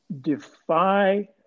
defy